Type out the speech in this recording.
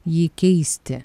jį keisti